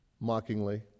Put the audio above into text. Mockingly